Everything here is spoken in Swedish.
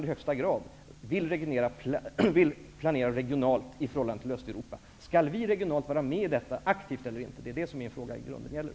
I högsta grad Tyskland vill planera regionalt i förhållande till Östeuropa. Skall vi regionalt vara med om detta aktivt eller inte är vad min fråga i grunden gäller.